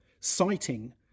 citing